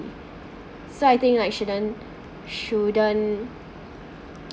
so I think I shouldn't shouldn't